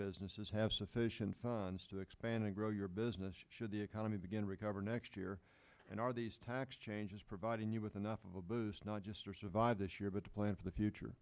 businesses have sufficient funds to expand and grow your business should the economy begin to recover next year and are these tax changes providing you with enough of a boost not just for survive this year but plan for the future